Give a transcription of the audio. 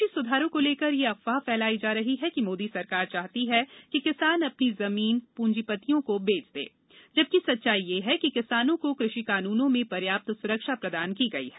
कृषि स्धारों को लेकर ये अफवाह फैलाई जा रही है कि मोदी सरकार चाहती है कि किसान अपनी जमीनें पूंजीपतियों को बेंच दें जबकि सच्चाई यह है कि किसानों को कृषि कानूनों में पर्याप्त सुरक्षा प्रदान की गई है